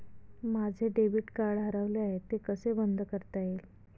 माझे debit card हरवले आहे ते कसे बंद करता येईल?